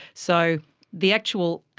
so the actual